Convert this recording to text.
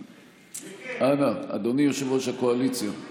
אנא, אדוני יושב-ראש הקואליציה.